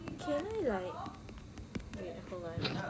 can I like wait I forgot